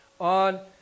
on